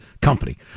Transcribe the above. company